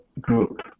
group